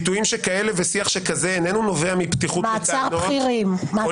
ביטויים שכאלה ושיח שכזה אינם נובעים מפתיחות בעמדות או